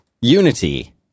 unity